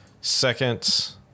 Seconds